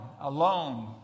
alone